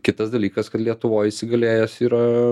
kitas dalykas kad lietuvoj įsigalėjęs yra